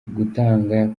gutanga